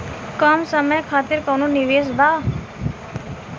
कम समय खातिर कौनो निवेश बा?